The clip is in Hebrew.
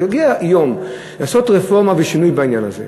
אז הגיע יום לעשות רפורמה ושינוי בעניין הזה.